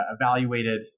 evaluated